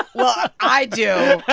well, i do.